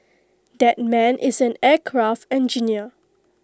that man is an aircraft engineer